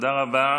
תודה רבה.